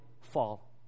fall